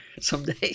someday